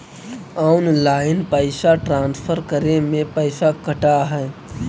Online पैसा transfer करे में पैसा कटा है?